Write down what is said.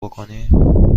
بکینم